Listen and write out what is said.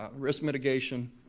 risk mitigation,